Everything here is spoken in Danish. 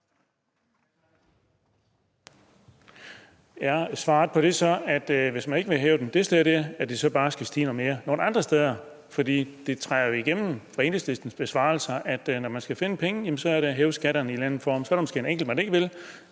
Er svaret på det så, at hvis man ikke vil hæve dem det sted, skal de bare stige endnu mere nogle andre steder? For det skinner jo igennem på Enhedslistens besvarelser, at når man skal finde penge, handler det om at hæve skatterne i en eller anden form. Så er der måske en enkelt skat, man ikke vil